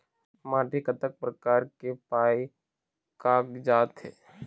माटी कतक प्रकार के पाये कागजात हे?